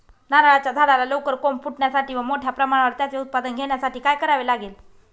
नारळाच्या झाडाला लवकर कोंब फुटण्यासाठी व मोठ्या प्रमाणावर त्याचे उत्पादन घेण्यासाठी काय करावे लागेल?